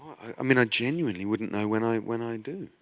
i mean i genuinely wouldn't know when i when i do.